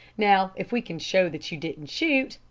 now if we can show that you didn't shoot,